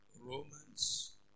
Romans